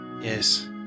Yes